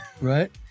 Right